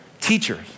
teachers